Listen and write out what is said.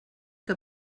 que